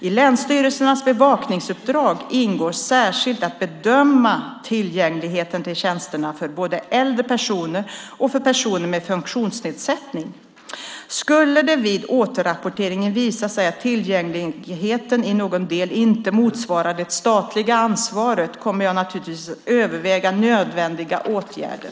I länsstyrelsernas bevakningsuppdrag ingår särskilt att bedöma tillgängligheten till tjänsterna för både äldre personer och personer med funktionsnedsättning. Skulle det vid återrapporteringen visa sig att tillgängligheten i någon del inte motsvarar det statliga ansvaret kommer jag naturligtvis att överväga nödvändiga åtgärder.